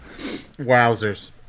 Wowzers